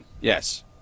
Yes